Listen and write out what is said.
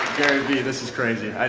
gary vee, this is crazy.